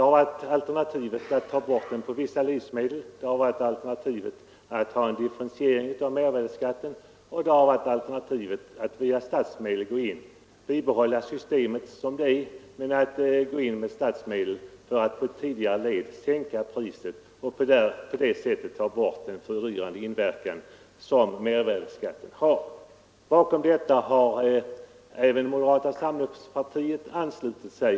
Ett alternativ har varit att ta bort moms på vissa livsmedel, ett annat alternativ är att ha en differentiering av momsen och ett tredje alternativ är att bibehålla mervärdeskattesystemet som det är, men att gå in med statsmedel för att i ett tidigare led sänka priserna och på det sättet ta bort den fördyrande inverkan som momsen har. Centern och folkpartiet har yrkat på utredning av denna fråga, och till detta yrkande har även moderata samlingspartiet anslutit sig.